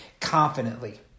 confidently